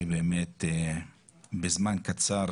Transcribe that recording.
שבזמן קצר